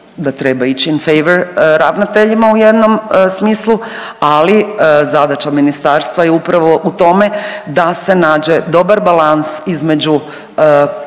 da treba ići in feiwer ravnateljima u jednom smislu, ali zadaća ministarstva je upravo u tome da se nađe dobar balans između